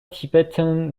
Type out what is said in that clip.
tibetan